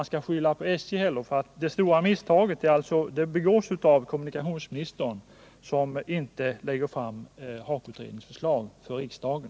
Man skall inte enbart skylla på SJ — det stora misstaget begås av kommunikationsministern som inte lägger fram HAKO-utredningens förslag för riksdagen.